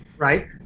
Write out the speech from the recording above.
Right